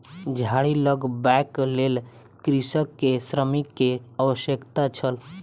झाड़ी लगबैक लेल कृषक के श्रमिक के आवश्यकता छल